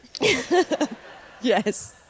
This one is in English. yes